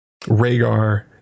Rhaegar